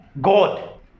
God